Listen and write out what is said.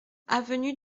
avenue